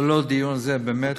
ללא דיון, זה באמת,